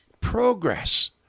progress